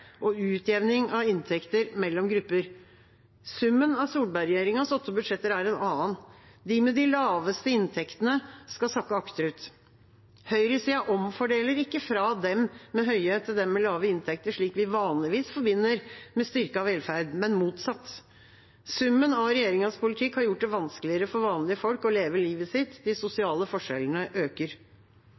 og utjevning av inntekter mellom grupper. Summen av Solberg-regjeringas åtte budsjetter er en annen. De med de laveste inntektene skal sakke akterut. Høyresida omfordeler ikke fra dem med høye til dem med lave inntekter, slik vi vanligvis forbinder med styrket velferd, men motsatt. Summen av regjeringas politikk har gjort det vanskeligere for vanlige folk å leve livet sitt. De sosiale forskjellene øker.